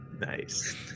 nice